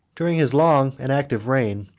during his long and active reign,